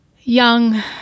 young